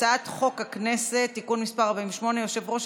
הצעת חוק הכנסת (תיקון מס' 48) (יושב-ראש